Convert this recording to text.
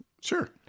Sure